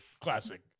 Classic